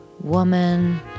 woman